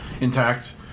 intact